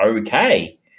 okay